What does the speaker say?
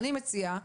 אני מציעה,